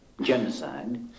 genocide